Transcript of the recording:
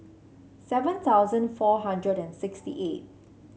seven thousand four hundred and sixty eight